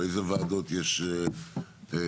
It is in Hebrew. איזה ועדות יש מתחתיו,